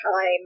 time